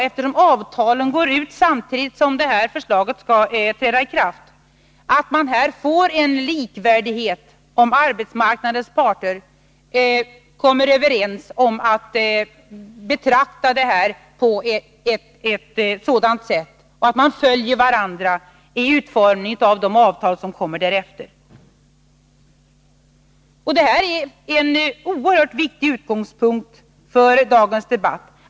Eftersom avtalen går ut samtidigt som detta förslag skall träda i kraft, är förutsättningen i dag faktiskt att man här får likvärdighet, om arbetsmarknadens parter kommer överens om detta och förbunden sedan följer varandra i utformningen av de avtal som därefter träffas. Detta är en oerhört viktig utgångspunkt för dagens debatt.